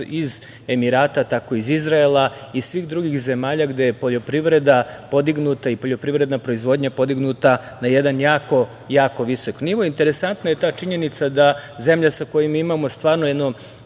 iz Emirata, tako iz Izraela, i svih drugih zemalja, gde je poljoprivreda podignuta i poljoprivredna proizvodnja podignuta na jedan jako visok nivo. Interesantna je ta činjenica da zemlja sa kojima mi imamo stvarno jednu